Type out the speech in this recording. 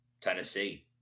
Tennessee